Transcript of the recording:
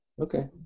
okay